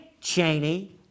Cheney